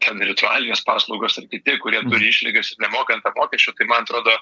ten ritualinės paslaugos ar kiti kurie turi išlygas ir nemoka nt mokesčio tai man atrodo